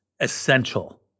essential